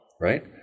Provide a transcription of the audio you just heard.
right